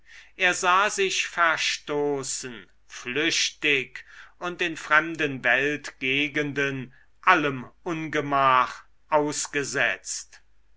er sah sich verstoßen flüchtig und in fremden weltgegenden allem ungemach ausgesetzt